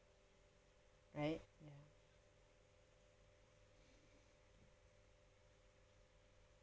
right ya